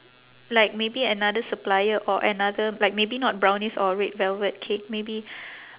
like maybe another supplier or another like maybe not brownies or red velvet cake maybe